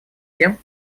тем